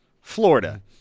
Florida